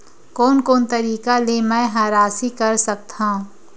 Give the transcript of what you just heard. कोन कोन तरीका ले मै ह राशि कर सकथव?